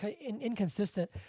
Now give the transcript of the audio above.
inconsistent